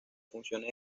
funciones